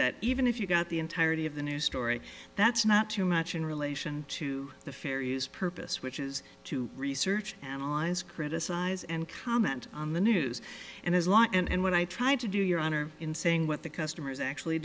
that even if you got the entirety of the news story that's not too much in relation to the fair use purpose which is to research analyze criticize and comment on the news and his life and what i tried to do your honor in saying what the customers actually